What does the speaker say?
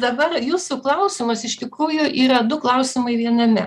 dabar jūsų klausimos iš tikrųjų yra du klausimai viename